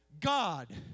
God